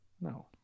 No